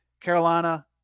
Carolina